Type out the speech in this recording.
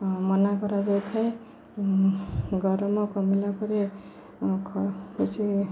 ମନା କରାଯାଇଥାଏ ଗରମ କମିଲା ପରେ କିଛି